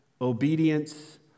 Obedience